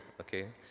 okay